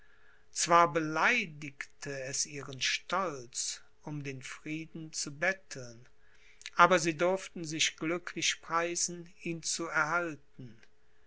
zwar beleidigte es ihren stolz um den frieden zu betteln aber sie durften sich glücklich preisen ihn zu erhalten